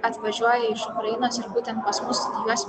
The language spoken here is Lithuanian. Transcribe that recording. atvažiuoja iš ukrainos ir būtent pas mus studijuos